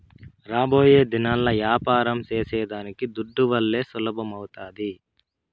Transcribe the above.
రాబోయేదినాల్ల యాపారం సేసేదానికి దుడ్డువల్లే సులభమౌతాది